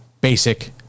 basic